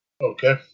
Okay